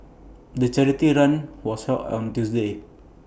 the charity run was held on Tuesday